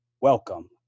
Welcome